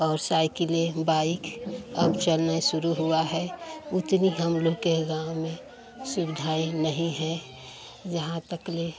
और साइकिलें बाइक अब चलने शुरू हुआ है उतनी हम लोगों के गाँव में सुविधाएं नहीं हैं जहाँ तक ले